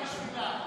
לסקי,